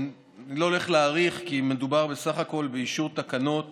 אני לא הולך להאריך כי מדובר בסך הכול באישור תקנות